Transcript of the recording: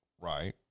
Right